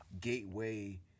gateway